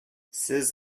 сез